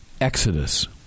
exodus